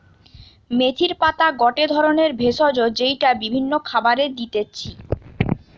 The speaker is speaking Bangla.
মেথির পাতা গটে ধরণের ভেষজ যেইটা বিভিন্ন খাবারে দিতেছি